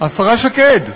השרה שקד פה.